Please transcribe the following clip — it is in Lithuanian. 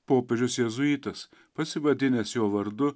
popiežius jėzuitas pasivadinęs jo vardu